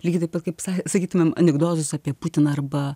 lygiai taip pat kaip sakytumėm anekdotus apie putiną arba